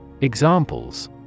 Examples